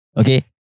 okay